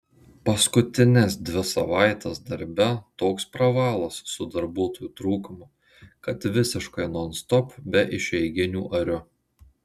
paskutines dvi savaites darbe toks pravalas su darbuotojų trūkumu kad visiškai nonstop be išeiginių ariu